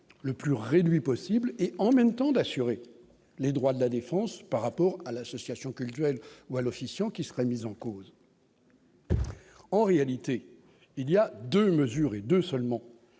le plus réduit possible et en même temps d'assurer les droits de la défense par rapport à l'association culturelle ou à l'officiant qui serait mise en cause. En réalité, il y a 2 mesures et 2 seulement,